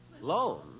Loan